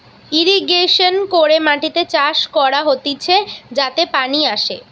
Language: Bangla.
ইরিগেশন করে মাটিতে চাষ করা হতিছে যাতে পানি আসে